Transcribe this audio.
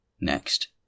Next